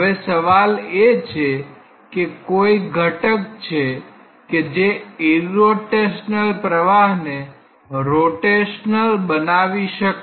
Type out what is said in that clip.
હવે સવાલ એ છે કે કોઈ ઘટક છે કે જે ઈરરોટેશનલ પ્રવાહને રોટેશનલ બનાવી શકે